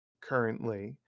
currently